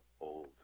old